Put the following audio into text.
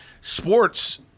Sports